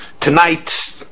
Tonight